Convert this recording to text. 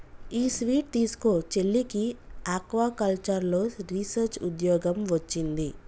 ఈ స్వీట్ తీస్కో, చెల్లికి ఆక్వాకల్చర్లో రీసెర్చ్ ఉద్యోగం వొచ్చింది